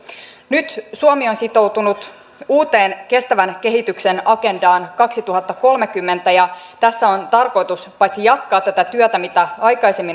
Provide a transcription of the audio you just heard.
tässä tuli useampia energiaan liittyviä puheenvuoroja jo aikaisemmilla kierroksilla ja viittaan muun muassa edustaja marinin edustaja mölsän ja edustaja sarkkisen puheenvuoroihin